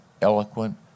eloquent